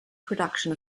production